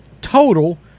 total